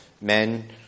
men